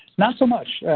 not so much.